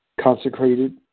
consecrated